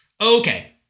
Okay